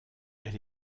elle